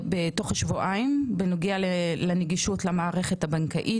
בתוך שבועיים בנוגע לנגישות המערכת הבנקאית.